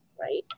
right